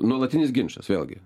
nuolatinis ginčas vėlgi